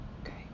Okay